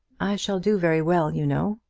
i shall do very well, you know.